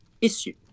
issue